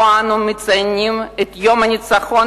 שבו אנו מציינים את יום הניצחון,